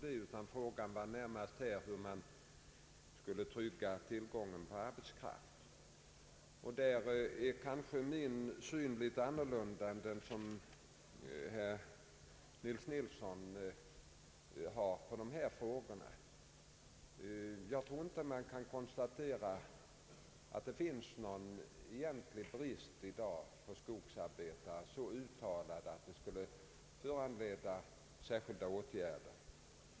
Här gäller frågan närmast hur vi skall trygga tillgången på arbetskraft. I den frågan har jag kanske en annan uppfattning än den som herr Nils Nilsson nyss gjorde sig till talesman för. Jag tror inte att man kan konstatera att det egentligen i dag råder brist på skogsarbetare, så utpräglad att den ger anledning till särskilda åtgärder.